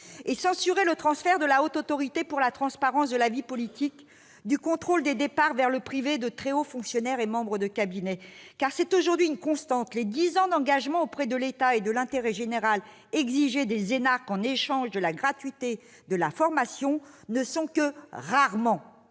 ait censuré le transfert à la Haute Autorité pour la transparence de la vie publique du contrôle des départs vers le secteur privé des très hauts fonctionnaires et membres de cabinet. C'est en effet aujourd'hui une constante : les dix ans d'engagement au service de l'État et de l'intérêt général exigés des énarques en contrepartie de la gratuité de la formation ne sont que rarement